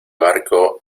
barco